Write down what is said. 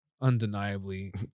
undeniably